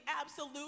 absolute